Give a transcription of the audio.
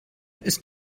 ist